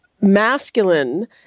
masculine